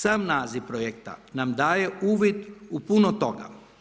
Sam naziv projekta nam daje uvid u puno toga.